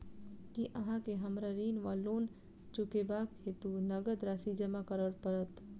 की अहाँ केँ हमरा ऋण वा लोन चुकेबाक हेतु नगद राशि जमा करऽ पड़त?